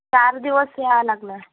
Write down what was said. चार दिवस यायला लागणार